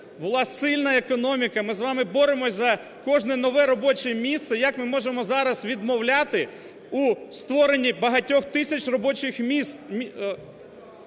була сильна економіка, ми з вами боремося за кожне нове робоче місце, як ми можемо зараз відмовляти у створенні багатьох тисяч робочих місць,